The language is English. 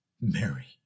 Mary